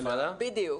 בדיוק,